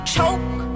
Choke